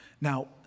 Now